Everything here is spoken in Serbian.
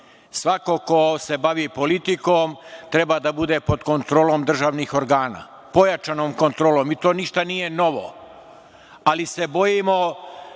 ko se bavi politikom treba da bude pod kontrolom državnih organa, pojačanom kontrolom. To ništa nije novo, ali se bojimo